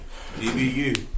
DBU